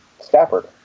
Stafford